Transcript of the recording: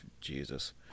Jesus